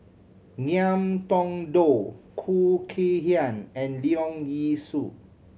Ngiam Tong Dow Khoo Kay Hian and Leong Yee Soo